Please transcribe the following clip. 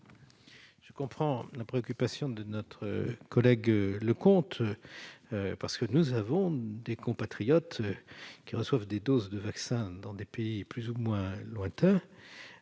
Je comprends la préoccupation de notre collègue Leconte, parce que nous avons des compatriotes qui reçoivent des doses de vaccins dans des pays plus ou moins lointains